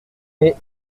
mais